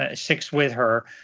ah six with her,